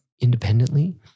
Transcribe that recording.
independently